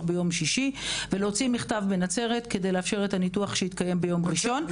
ביום שישי ולהוציא מכתב לנצרת כדי לאפשר את הניתוח שהתקיים ביום ראשון.